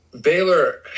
Baylor